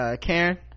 Karen